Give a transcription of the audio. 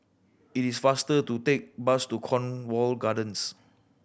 it is faster to take bus to Cornwall Gardens